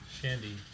shandy